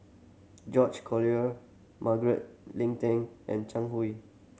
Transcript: George Collyer Margaret Leng Tan and Chang Hui